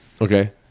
Okay